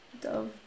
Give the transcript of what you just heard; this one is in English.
dove